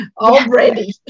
already